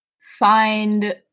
find